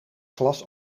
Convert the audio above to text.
glas